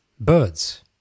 Birds